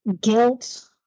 guilt